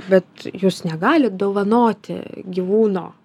bet jūs negalit dovanoti gyvūno